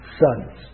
sons